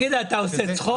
תגיד, אתה עושה צחוק?